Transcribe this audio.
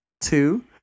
Two